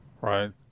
right